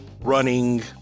running